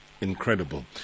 Incredible